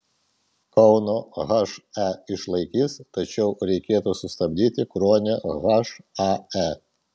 kauno he išlaikys tačiau reikėtų sustabdyti kruonio hae